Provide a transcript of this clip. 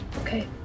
Okay